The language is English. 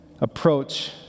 approach